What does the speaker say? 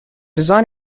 design